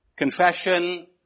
Confession